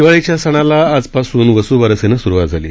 दिवाळीच्या सणाला आजपासून वसुबारसेनं सुरुवात झाली